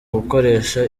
gukoresha